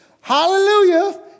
Hallelujah